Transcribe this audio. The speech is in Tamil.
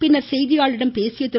பின்னர் செய்தியாளர்களிடம் பேசிய திரு